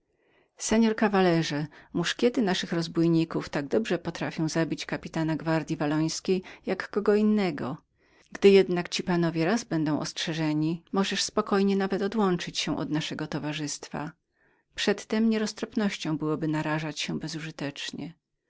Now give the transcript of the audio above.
się i rzekł muszkiety naszych rozbójników tak dobrze potrafią zabić kapitana gwardyi wallońskiej jak kogo drugiego gdy jednak ci panowie raz będą ostrzeżeni możesz pan spokojnie nawet odłączyć się od naszego towarzystwa przedtem nieroztropnem byłoby narażać się bezużytecznie